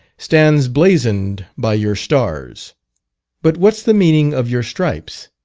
stands blazoned by your stars but what's the meaning of your stripes,